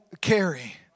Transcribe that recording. carry